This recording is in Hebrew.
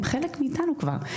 הם חלק מאיתנו כבר.